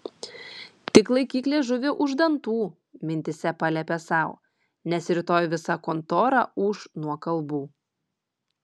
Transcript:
tik laikyk liežuvį už dantų mintyse paliepė sau nes rytoj visa kontora ūš nuo kalbų